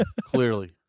Clearly